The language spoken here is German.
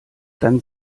dann